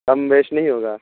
کم بیش نہیں ہوگا